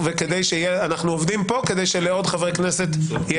אנחנו עובדים פה כדי שלעוד חברי כנסת תהיה